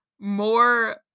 more